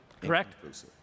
correct